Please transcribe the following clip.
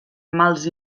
mals